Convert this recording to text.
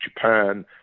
Japan